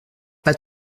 pas